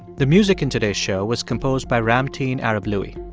the music in today's show was composed by ramteen arab louie